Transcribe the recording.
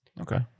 Okay